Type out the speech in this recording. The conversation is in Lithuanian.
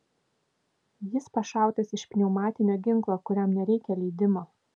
jis pašautas iš pneumatinio ginklo kuriam nereikia leidimo